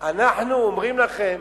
אנחנו אומרים לכם: